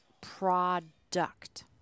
product